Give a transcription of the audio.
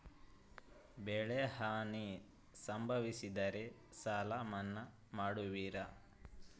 ಬೆಳೆಹಾನಿ ಸಂಭವಿಸಿದರೆ ಸಾಲ ಮನ್ನಾ ಮಾಡುವಿರ?